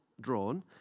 drawn